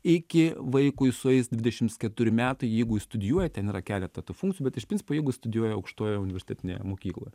iki vaikui sueis dvidešims keturi metai jeigu jis studijuoja ten yra keletą tų funkcijų bet iš principo jeigu jis studijuoja aukštojoje universitetinėje mokykloje